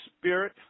spirit